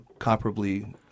comparably –